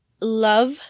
love